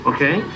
Okay